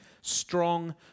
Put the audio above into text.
strong